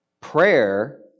Prayer